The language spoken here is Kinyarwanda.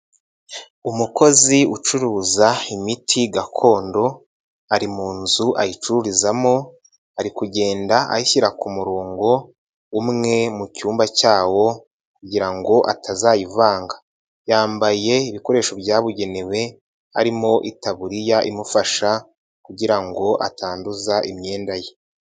Umukozi ucuruza imiti gakondo ari mu nzu ayicururizamo ari kugenda ayishyira ku murongo umwe mu cyumba cyawo kugira ngo atazayivanga, yambaye ibikoresho byabugenewe harimo itaburiya imufasha kugira ngo atanduza imyenda ye.